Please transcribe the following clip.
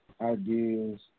ideas